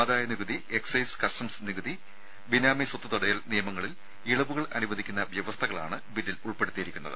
ആദായ നികുതി excise customs നികുതി ബിനാമി സ്വത്ത് തടയൽ നിയമങ്ങളിൽ ഇളവുകൾ അനുവദിക്കുന്ന വ്യവസ്ഥകളാണ് ബില്ലിൽ ഉൾപ്പെടുത്തിയിരിക്കുന്നത്